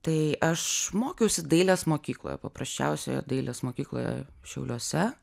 tai aš mokiausi dailės mokykloje paprasčiausioje dailės mokykloje šiauliuose